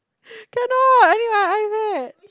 cannot I need my iPad